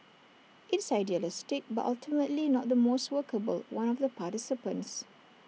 it's idealistic but ultimately not the most workable one of the participants